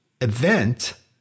event